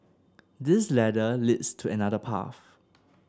this ladder leads to another path